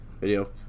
video